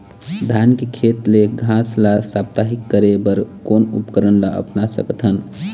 धान के खेत ले घास ला साप्ताहिक करे बर कोन उपकरण ला अपना सकथन?